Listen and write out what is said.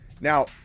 Now